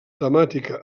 temàtica